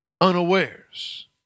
unawares